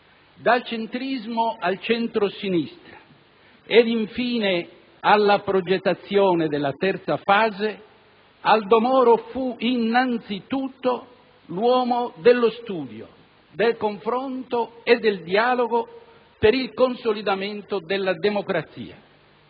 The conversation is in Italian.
dal centrismo al centro‑sinistra ed infine alla progettazione della «terza fase», Aldo Moro fu innanzi tutto l'uomo dello studio, del confronto e del dialogo per il consolidamento della democrazia.